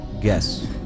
guess